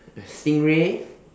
stingray